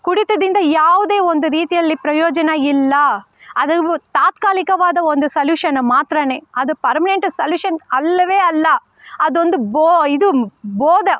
ಕುಡಿತದಿಂದ ಯಾವುದೇ ಒಂದು ರೀತಿಯಲ್ಲಿ ಪ್ರಯೋಜನ ಇಲ್ಲ ಅದು ತಾತ್ಕಾಲಿಕವಾದ ಒಂದು ಸಲ್ಯೂಷನ್ ಮಾತ್ರ ಅದು ಪರ್ಮನೆಂಟ್ ಸಲ್ಯೂಷನ್ ಅಲ್ಲವೇ ಅಲ್ಲ ಅದೊಂದು ಬೋ ಇದು ಬೋದ